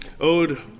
Ode